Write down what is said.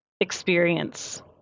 experience